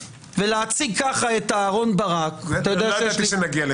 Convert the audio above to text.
ולהציג ככה את אהרון ברק --- אני לא ידעתי שנגיע לשם,